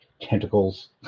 tentacles